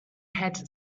had